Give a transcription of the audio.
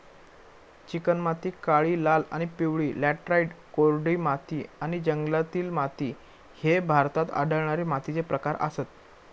चिकणमाती, काळी, लाल आणि पिवळी लॅटराइट, कोरडी माती आणि जंगलातील माती ह्ये भारतात आढळणारे मातीचे प्रकार आसत